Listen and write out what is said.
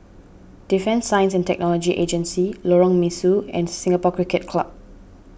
Defence Science and Technology Agency Lorong Mesu and Singapore Cricket Club